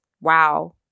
Wow